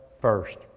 first